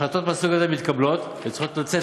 החלטות מהסוג הזה מתקבלות וצריכות לצאת